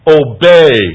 obey